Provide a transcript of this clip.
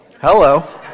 hello